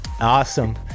Awesome